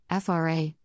FRA